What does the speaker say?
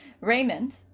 Raymond